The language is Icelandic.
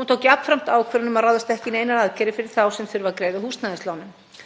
Hún tók jafnframt ákvörðun um að ráðast ekki í neinar aðgerðir fyrir þá sem þurfa að greiða af húsnæðislánum.